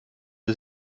sie